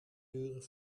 duren